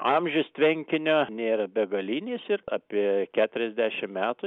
amžius tvenkinio nėra begalinis ir apie keturiasdešim metų